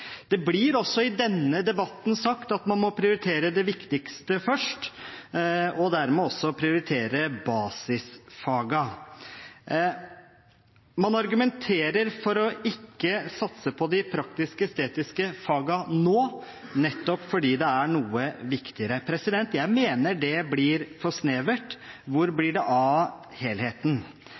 Det blir også i denne debatten sagt at man må prioritere det viktigste først, og dermed også prioritere basisfagene. Man argumenterer for å ikke satse på de praktisk-estetiske fagene nå, nettopp fordi det er noe som er viktigere. Jeg mener det blir for snevert. Hvor blir det av helheten?